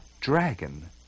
dragon